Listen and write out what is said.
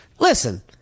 Listen